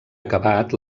acabat